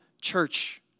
church